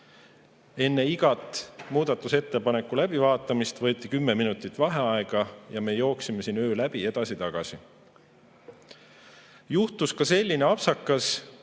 Enne igat muudatusettepaneku läbivaatamist võeti kümme minutit vaheaega ja me jooksime siin öö läbi edasi-tagasi. Juhtus ka selline apsakas,